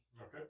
Okay